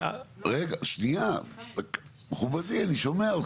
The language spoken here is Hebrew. לא --- רגע, מכובדי, אני שומע אותך.